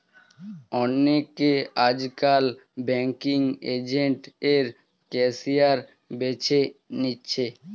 অনেকে আজকাল banking agent এর ক্যারিয়ার বেছে নিচ্ছে